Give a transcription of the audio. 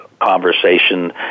conversation